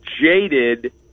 jaded